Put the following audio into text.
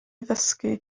ddysgu